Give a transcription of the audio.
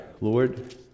Lord